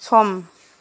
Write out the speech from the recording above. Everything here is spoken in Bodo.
सम